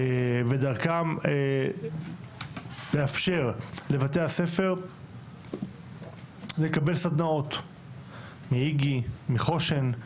ודרכם לאפשר לבתי הספר לקבל סדנאות מאיגי, מחוש"ן,